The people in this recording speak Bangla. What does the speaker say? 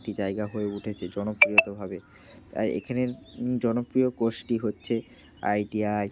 একটি জায়গা হয়ে উঠেছে জনপ্রিয়ভাবে তাই এখানের জনপ্রিয় কোর্সটি হচ্ছে আইটিআই